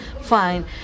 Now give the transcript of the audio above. fine